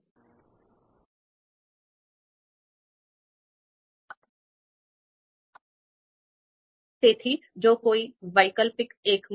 જે રીતે પગલાં અપનાવવામાં આવે છે અને જે રીતે અંતર્ગત ગણિત કરવામાં આવે છે તેના કારણે આ સમસ્યા દૂર થઈ શકે છે